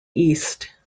east